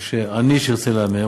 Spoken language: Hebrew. או עני שירצה להמר,